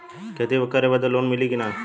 खेती करे बदे लोन मिली कि ना?